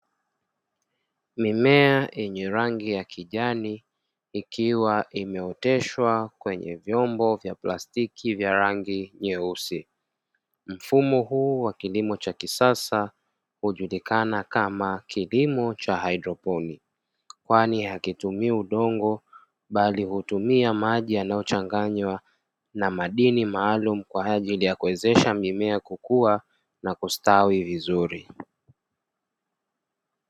Mimea yenye rangi ya kijani, ikiwa imeoteshwa kwenye vyombo vya plastiki vya rangi nyeusi. Mfumo huu wa kilimo cha kisasa hujulikana kama kilimo cha haidroponia, kwani hakitumii udongo, bali hutumia maji yanayochanganywa na madini maalumu kwa ajili ya kuwezesha mimea kukua na kustawi vizuri.